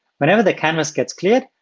whenever the canvas gets cleared,